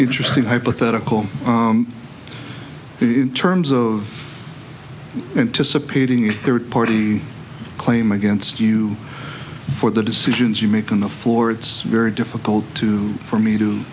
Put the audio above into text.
interesting hypothetical in terms of anticipating a third party claim against you for the decisions you make on the floor it's very difficult to for me to